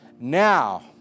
Now